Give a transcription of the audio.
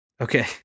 Okay